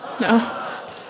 No